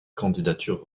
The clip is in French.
candidatures